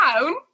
down